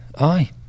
aye